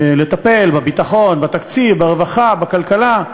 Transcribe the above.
לטפל בביטחון, בתקציב, ברווחה, בכלכלה,